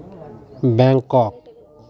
Bangkok